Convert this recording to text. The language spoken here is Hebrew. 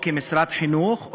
או כמשרד החינוך,